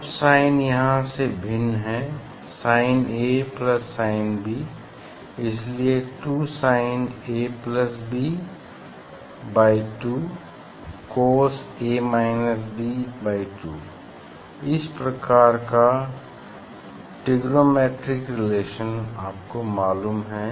अब साइन यहाँ से भिन्न हैं sinA प्लस sinB इसलिए 2sinAB बाई 2 cos बाई 2 इस प्रकार का ट्रिग्नोमेट्रिक रिलेशन आपको मालुम हैं